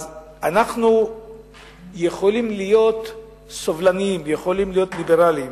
אז אנחנו יכולים להיות סובלנים ויכולים להיות ליברלים,